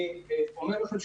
אני אומר לכם,